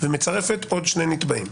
-- ומצרפת עוד שני נתבעים.